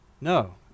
No